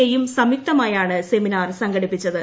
I ഉം സംയുക്തമായാണ് സെമിനാർ സംഘടിപ്പിച്ചത്